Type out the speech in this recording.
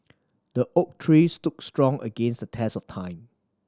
the oak tree stood strong against the test of time